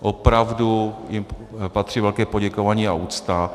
Opravdu jim patří velké poděkování a úcta.